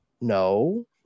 No